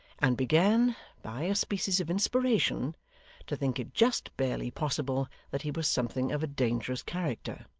and began by a species of inspiration to think it just barely possible that he was something of a dangerous character,